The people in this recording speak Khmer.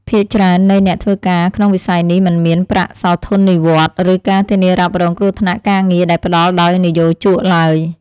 ភាគច្រើននៃអ្នកធ្វើការក្នុងវិស័យនេះមិនមានប្រាក់សោធននិវត្តន៍ ឬការធានារ៉ាប់រងគ្រោះថ្នាក់ការងារដែលផ្តល់ដោយនិយោជកឡើយ។